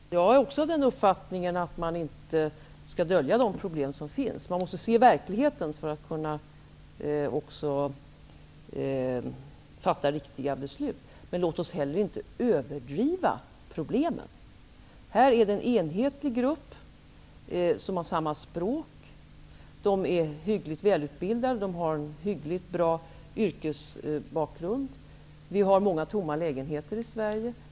Herr talman! Jag är också av den uppfattningen att man inte skall dölja de problem som finns. Man måste se verkligheten för att kunna fatta riktiga beslut. Men låt oss heller inte överdriva problemen. Här är det fråga om en enhetlig grupp som har samma språk. De är hyggligt välutbildade. De har hyggligt bra yrkesbakgrund. Vi har många tomma lägenheter i Sverige.